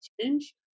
change